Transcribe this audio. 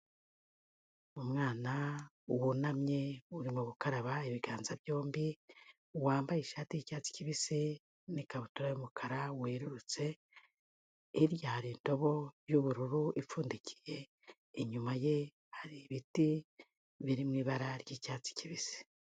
Umwana wunamye urimo gukaraba ibiganza byombi, wambaye ishati y'icyatsi kibisi n'ikabutura y'umukara werurutse, hirya hari indobo y'ubururu ipfundikiye, inyuma ye hari ibiti biri mu ibara ry'icyatsi kibisi.